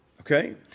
Okay